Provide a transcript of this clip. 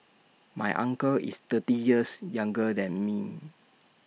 my uncle is thirty years younger than me